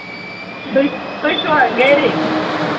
تُہۍ چھِوا گرے